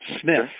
Smith